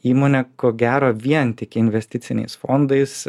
įmonė ko gero vien tik investiciniais fondais